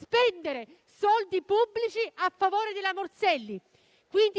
spendere soldi pubblici a favore della Morselli.